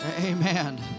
Amen